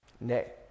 Nay